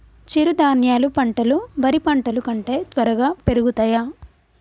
చిరుధాన్యాలు పంటలు వరి పంటలు కంటే త్వరగా పెరుగుతయా?